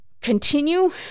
continue